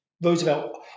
Roosevelt